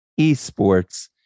esports